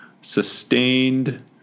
sustained